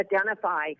identify